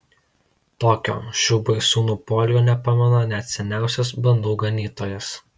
tokio šių baisūnų poelgio nepamena net seniausias bandų ganytojas